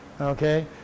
Okay